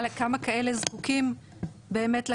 אלא כמה באמת זקוקים לכסף?